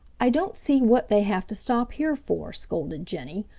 i don't see what they have to stop here for, scolded jenny.